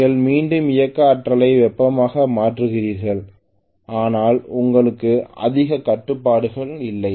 நீங்கள் மீண்டும் இயக்க ஆற்றலை வெப்பமாக மாற்றியிருக்கிறீர்கள் ஆனால் உங்களுக்கு அதிக கட்டுப்பாடு இல்லை